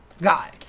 Guy